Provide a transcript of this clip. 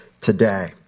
today